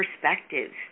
perspectives